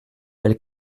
elle